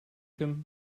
him